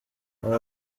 aba